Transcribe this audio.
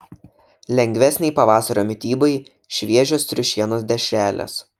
lengvesnei pavasario mitybai šviežios triušienos dešrelės